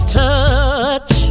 touch